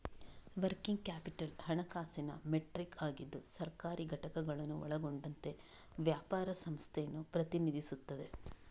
working capital ಹಣಕಾಸಿನ metric ಆಗಿದ್ದು ಸರ್ಕಾರಿ ಘಟಕಗಳನ್ನು ಒಳಗೊಂಡಂತೆ ವ್ಯಾಪಾರ ಸಂಸ್ಥೆಯನ್ನು ಪ್ರತಿನಿಧಿಸುತ್ತದೆ